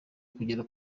kugera